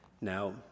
Now